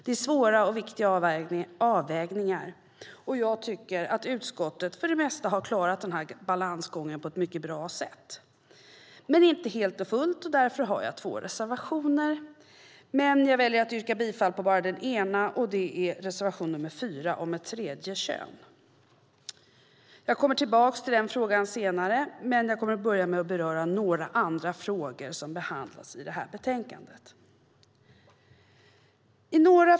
Det är svåra och viktiga avvägningar, och jag tycker att utskottet för det mesta har klarat den här balansgången på ett mycket bra sätt. Men det gäller inte helt och fullt, och därför har jag två reservationer. Jag väljer dock att endast yrka bifall till den ena, reservation 4 om ett tredje kön. Jag kommer tillbaka till den frågan senare och börjar alltså med att beröra några andra frågor som behandlas i detta betänkande.